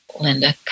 Linda